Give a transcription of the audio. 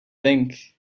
think